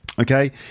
okay